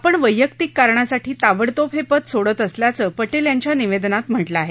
आपण वैयक्तिक कारणासाठी ताबडतोब हे पद सोडत असल्याचं पटेल यांच्या निवेदनात म्हटलं आहे